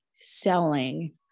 selling